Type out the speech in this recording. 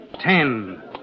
Ten